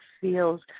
feels